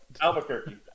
Albuquerque